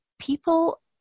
people